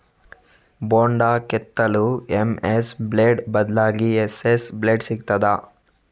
ಬೊಂಡ ಕೆತ್ತಲು MS blade ಬದ್ಲಾಗಿ ಎಸ್.ಎಸ್ ಬ್ಲೇಡ್ ಸಿಕ್ತಾದ?